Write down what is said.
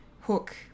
Hook